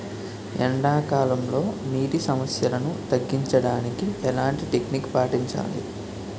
ఎండా కాలంలో, నీటి సమస్యలను తగ్గించడానికి ఎలాంటి టెక్నిక్ పాటించాలి?